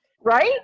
Right